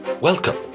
Welcome